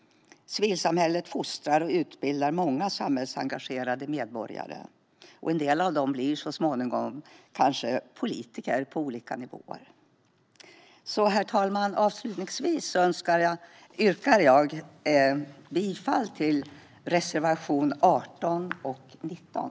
Civilsamhället fostrar och utbildar många samhällsengagerade medborgare, och en del av dem blir kanske så småningom politiker på olika nivåer. Herr talman! Avslutningsvis yrkar jag bifall till reservationerna 18 och 19.